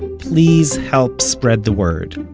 please help spread the word.